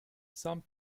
some